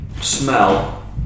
Smell